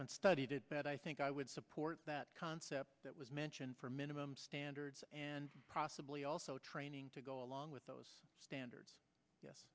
haven't studied it but i think i would support that concept that was mentioned for minimum standards and process also training to go along with those standards yes